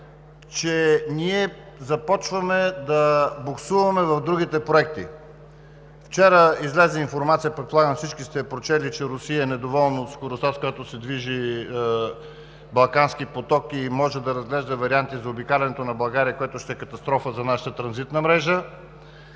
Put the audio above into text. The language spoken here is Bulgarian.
че ние започваме да буксуваме в другите проекти. Вчера излезе информация, предполагам всички сте я прочели, че Русия е недоволна от скоростта, с която се движи „Балкански поток“ и може да разглежда варианти за заобикалянето на България, което ще е катастрофа за нашата транзитна мрежа.